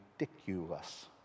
ridiculous